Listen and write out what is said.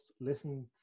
listened